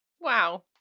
Wow